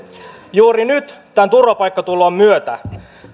juuri nyt tämän turvapaikkatulvan myötä